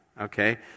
Okay